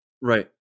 Right